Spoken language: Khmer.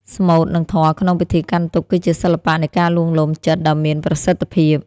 ស្មូត និងធម៌ក្នុងពិធីកាន់ទុក្ខ គឺជាសិល្បៈនៃការលួងលោមចិត្តដ៏មានប្រសិទ្ធភាព។